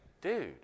dude